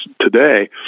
today